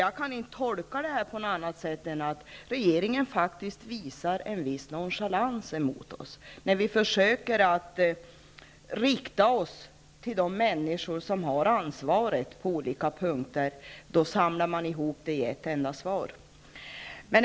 Jag kan inte tolka det på annat sätt än att regeringen visar en viss nonchalans mot oss. När vi försöker rikta oss till de statsråd som har ansvaret för ifrågavarande område, slås allting ihop i ett enda svar.